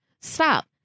stop